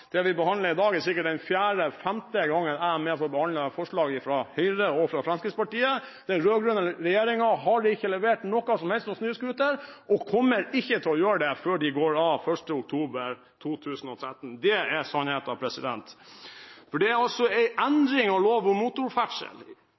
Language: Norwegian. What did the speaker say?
i dag sikkert den fjerde eller femte gangen jeg er med på å behandle forslaget fra Høyre og Fremskrittspartiet. Den rød-grønne regjeringen har ikke levert noe som helst om snøscooter, og kommer ikke til å gjøre det før de går av 1. oktober 2013. Det er sannheten. Det er